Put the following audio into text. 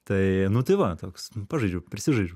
tai nu tai va toks pažaidžiau prisižaidžiau